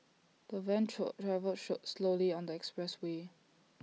the van travel should slowly on the expressway